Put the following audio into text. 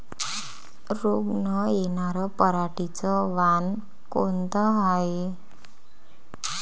रोग न येनार पराटीचं वान कोनतं हाये?